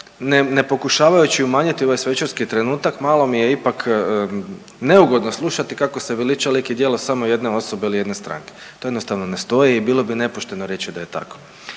ne pokušavajući umanjiti ovaj svečarski trenutak malo mi je ipak neugodno slušati kako se veliča lik i djelo samo jedne osobe ili jedne stranke. To jednostavno ne stoji i bilo bi nepošteno reći da je tako.